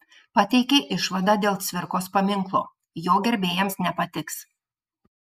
pateikė išvadą dėl cvirkos paminklo jo gerbėjams nepatiks